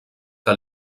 que